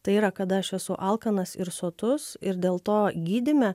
tai yra kada aš esu alkanas ir sotus ir dėl to gydyme